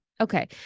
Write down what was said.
okay